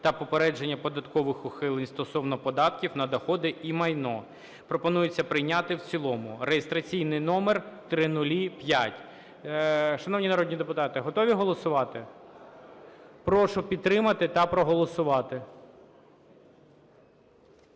та попередження податкових ухилень стосовно податків на доходи і майно пропонується прийняти в цілому (реєстраційний номер 0005). Шановні народні депутати, готові голосувати? Прошу підтримати та проголосувати.